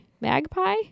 Magpie